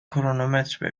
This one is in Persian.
کرونومتر